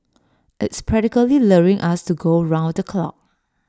it's practically luring us to go round the clock